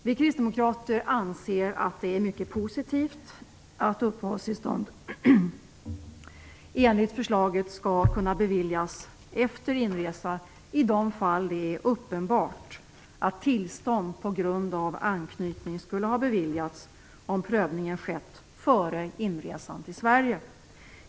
Vi kristdemokrater anser att det är mycket positivt att uppehållstillstånd enligt förslaget skall kunna beviljas efter inresa i de fall det är uppenbart att tillstånd på grund av anknytning skulle ha beviljats om prövningen skett före inresan till Sverige.